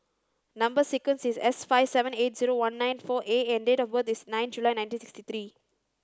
number sequence is S five seven eight zero one nine four A and date of birth is nine July nineteen sixty three